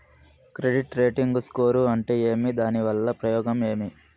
Credit rating score అంటే ఏమి దాని వల్ల ఉపయోగం ఏమి?